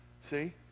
See